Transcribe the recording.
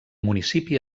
municipi